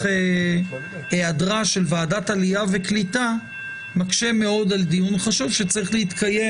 איך העדרה של ועדת עלייה וקליטה מקשה מאוד על דיון חשוב שצריך להתקיים,